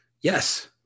yes